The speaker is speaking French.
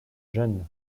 jeunes